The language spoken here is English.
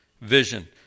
vision